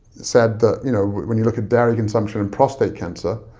said that you know when you look at dairy consumption in prostate cancer,